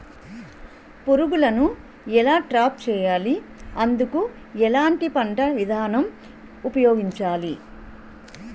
పురుగులను ఎలా ట్రాప్ చేయాలి? అందుకు ఎలాంటి పంట విధానం ఉపయోగించాలీ?